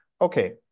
okay